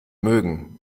mögen